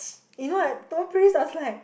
you know I told Pris I was like